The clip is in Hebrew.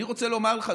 אני רוצה לומר לך,